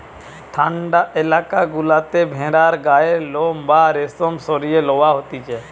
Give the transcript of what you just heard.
ঠান্ডা এলাকা গুলাতে ভেড়ার গায়ের লোম বা রেশম সরিয়ে লওয়া হতিছে